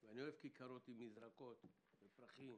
ואני אוהב כיכרות עם מזרקות ופרחים